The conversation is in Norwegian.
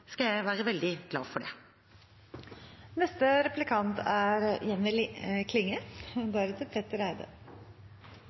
skal jeg være veldig glad for